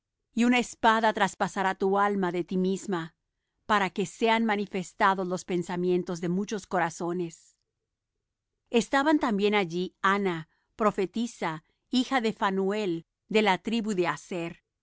y una espada traspasará tu alma de ti misma para que sean manifestados los pensamientos de muchos corazones estaba también allí ana profetisa hija de phanuel de la tribu de aser